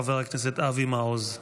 חבר הכנסת אבי מעוז.